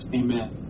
amen